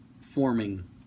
forming